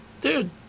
Dude